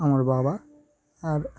আমার বাবা আর